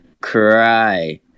cry